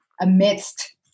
amidst